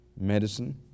medicine